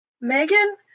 Megan